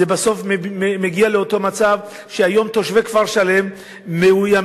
זה בסוף מגיע לאותו מצב שהיום תושבי כפר-שלם מאוימים